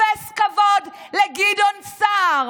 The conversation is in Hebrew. אפס כבוד לגדעון סער,